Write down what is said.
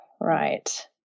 Right